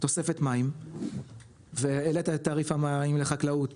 תוספת מים והעלתה את תעריף המים לחקלאות,